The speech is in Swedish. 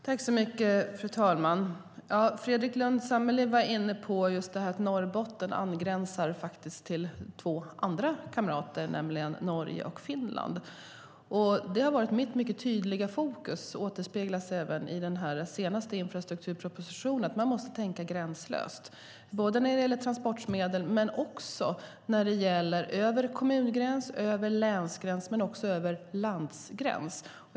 Fru talman! Fredrik Lundh Sammeli var inne på att Norrbotten angränsar till två andra kamrater, nämligen Norge och Finland. Mitt mycket tydliga fokus som också återspeglas i den senaste infrastrukturpropositionen har varit att man måste tänka gränslöst. Det gäller transportmedel och över kommungräns, länsgräns och också landsgräns.